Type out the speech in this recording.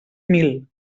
mil